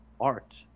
art